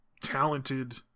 talented